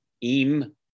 Im